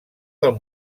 del